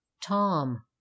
Tom